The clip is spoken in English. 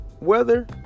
weather